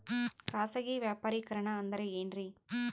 ಖಾಸಗಿ ವ್ಯಾಪಾರಿಕರಣ ಅಂದರೆ ಏನ್ರಿ?